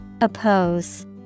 Oppose